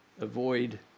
Avoid